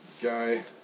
guy